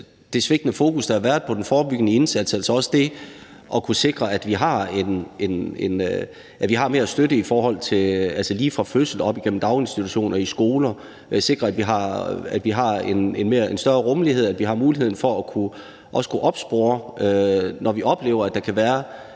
det svigtende fokus, der har været i forhold til den forebyggende indsats – også det at kunne sikre, at vi har mere støtte lige fra fødslen, op igennem daginstitutionen og i skolen, sikre, at vi har en større rummelighed, at vi har muligheden for også at kunne opspore det, når vi oplever, at der kan være